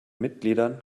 mitgliedern